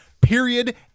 Period